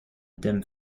dim